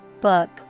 book